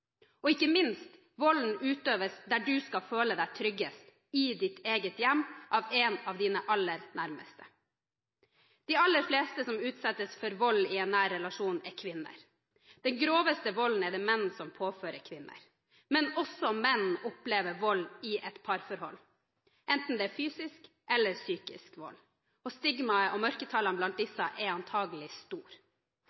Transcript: Og ikke minst: Volden utøves der du skal føle deg tryggest, i ditt eget hjem, og av en av dine aller nærmeste. De aller fleste som utsettes for vold i en nær relasjon, er kvinner. Den groveste volden er det menn som påfører kvinner. Men også menn opplever vold i parforhold, enten det er fysisk eller psykisk vold, og stigmaet og mørketallene blant